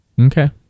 Okay